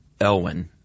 Elwin